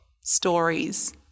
stories